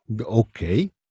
okay